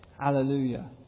Hallelujah